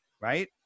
right